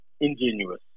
ingenuous